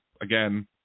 again